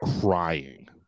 crying